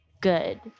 good